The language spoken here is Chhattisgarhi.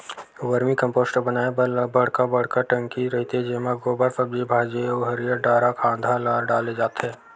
वरमी कम्पोस्ट बनाए बर बड़का बड़का टंकी रहिथे जेमा गोबर, सब्जी भाजी अउ हरियर डारा खांधा ल डाले जाथे